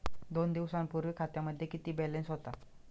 दोन दिवसांपूर्वी खात्यामध्ये किती बॅलन्स होता?